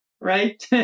right